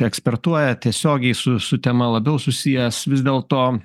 ekspertuojat tiesiogiai su su tema labiau susijęs vis dėlto